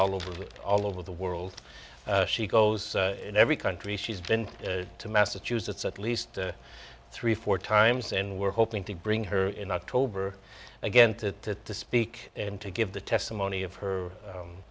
all over all over the world she goes in every country she's been to massachusetts at least three four times and we're hoping to bring her in october again to speak and to give the testimony of her